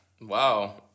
Wow